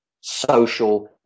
social